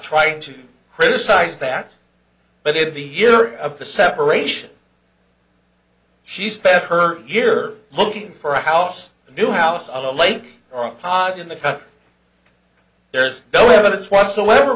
trying to criticize that but in the year of the separation she spent her year looking for a house a new house a lake or a pot in the tub there is no evidence whatsoever